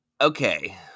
Okay